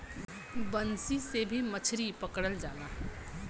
बंसी से भी मछरी पकड़ल जाला